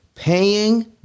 Paying